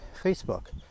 Facebook